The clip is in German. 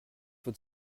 wird